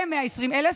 כ-120,000,